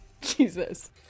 Jesus